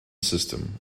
system